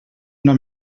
una